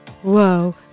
whoa